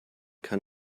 kann